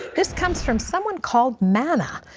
this comes from someone called mana,